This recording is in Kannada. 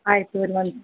ಆಯಿತು